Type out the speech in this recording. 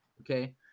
okay